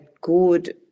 good